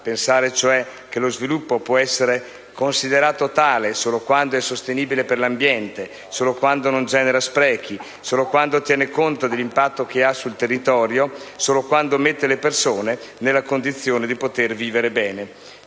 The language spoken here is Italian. pensare che lo sviluppo può essere considerato tale solo quando è sostenibile per l'ambiente, solo quando non genera sprechi, solo quando tiene conto dell'impatto che ha sul territorio e solo quando mette le persone nella condizione di poter vivere bene.